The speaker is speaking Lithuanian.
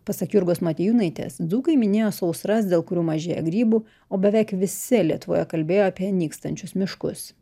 pasak jurgos motiejūnaitės dzūkai minėjo sausras dėl kurių mažėja grybų o beveik visi lietuvoje kalbėjo apie nykstančius miškus